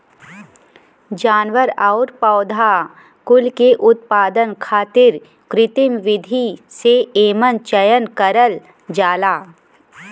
जानवर आउर पौधा कुल के उत्पादन खातिर कृत्रिम विधि से एमन चयन करल जाला